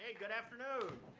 ah good afternoon.